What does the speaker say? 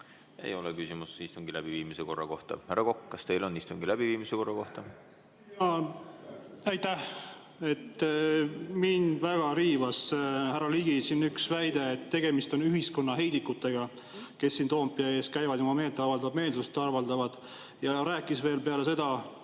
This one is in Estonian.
ei ole küsimus istungi läbiviimise korra kohta. Härra Kokk, kas teil on küsimus istungi läbiviimise korra kohta? Aitäh! Mind väga riivas härra Ligi üks väide, et tegemist on ühiskonna heidikutega, kes siin Toompea ees käivad ja oma meelsust avaldavad. Ta rääkis veel seda,